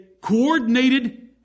coordinated